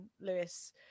Lewis